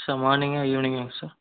sir மார்னிங்கா ஈவினிங்கா sir